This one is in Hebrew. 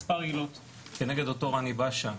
כנגד אותו ראני באשה,